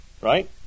Right